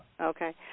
Okay